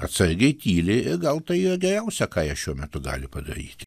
atsargiai tyli ir gal tai yra geriausia ką jie šiuo metu gali padaryti